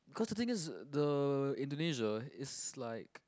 because the thing is the Indonesia is like